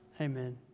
Amen